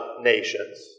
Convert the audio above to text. nations